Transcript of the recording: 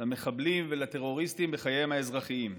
למחבלים ולטרוריסטים בחייהם האזרחיים.